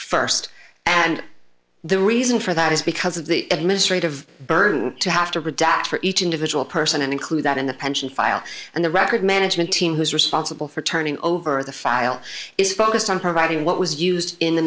st and the reason for that is because of the administrative burden to have to redact for each individual person and include that in the pension file and the record management team who is responsible for turning over the file is focused on providing what was used in the